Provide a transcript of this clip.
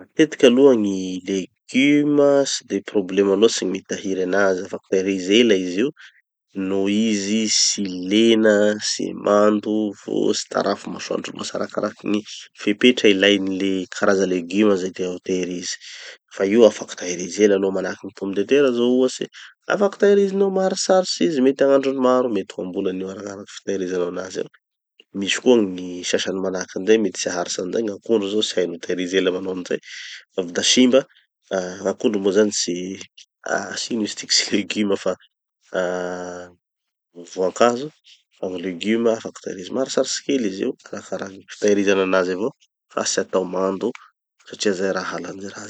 Matetiky aloha gny leguma, tsy de problema loatsy gny mitahiry anazy. Afaky tahirizy ela izy io, no izy tsy lena tsy mando vo tsy tarafy masoandro vo arakarakin'ny gny fepetra ilainy le karaza leguma izay tianao ho tahirizy. Fa io afaky tahirizy ela aloha manahaky gny pomme de terre zao ohatsy, afaky tahirizinao maharitsaritsy izy, mety agnandrony maro, mety ho ambolany io, arakaraky fitahirizanao anazy ao. Misy koa gny sasany manahaky anireny mety tsy haharitsy manahaky anizay, gn'akondro zao tsy hainao tahirizy ela manahaky anizay fa avy da simba. ah gn'akondro moa zany tsy ah ino izy tiky tsy leguma fa ah voankazo fa gny leguma afaky tahirizy maharitsaritsy kely izy io arakaraky gny fitahiriza anazy avao fa tsy atao mando satria halany ze raha zay.